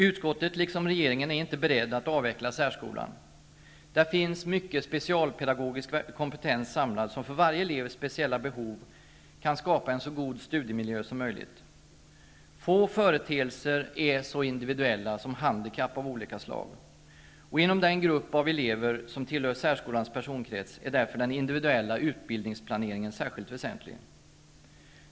Utskottet, liksom regeringen, är inte beredd att avveckla särskolan. Där finns mycket specialpedagogisk kompetens samlad, som för varje elevs speciella behov kan skapa en så god studiemiljö som möjligt. Få företeelser är så individuella som handikapp av olika slag. Inom den grupp av elever som tillhör särskolans personkrets är därför den individuella utbildningsplaneringen särskilt väsentlig.